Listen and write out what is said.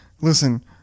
listen